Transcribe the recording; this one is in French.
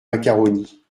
macaroni